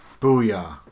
Booyah